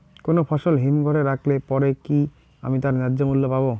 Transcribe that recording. কোনো ফসল হিমঘর এ রাখলে পরে কি আমি তার ন্যায্য মূল্য পাব?